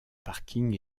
parking